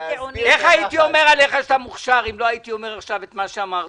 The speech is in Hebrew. אעשה את זה קצר.